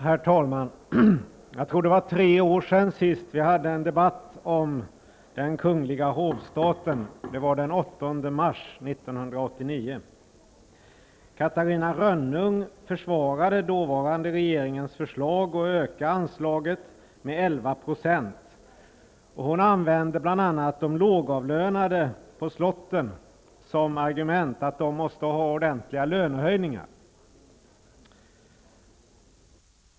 Herr talman! Jag tror att det var tre år sedan vi senast hade en debatt om den kungliga hovstaten, närmare bestämt den 8 mars 1989. Catarina Rönnung försvarade då den dåvarande regeringens förslag om att öka anslaget med 11 %. Som argument använde hon bl.a. att de lågavlönade som arbetar på slotten måste få ordentliga lönehöjningar.